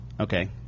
Okay